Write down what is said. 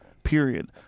Period